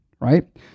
right